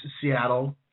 Seattle